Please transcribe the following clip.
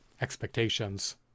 expectations